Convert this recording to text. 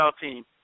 team